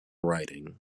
writing